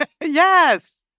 Yes